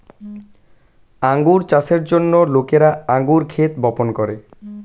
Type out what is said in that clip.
আঙ্গুর চাষের জন্য লোকেরা আঙ্গুর ক্ষেত বপন করে